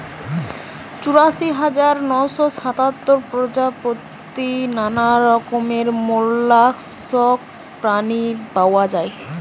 চুরাশি হাজার নয়শ সাতাত্তর প্রজাতির নানা রকমের মোল্লাসকস প্রাণী পাওয়া যায়